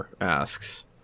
asks